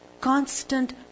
Constant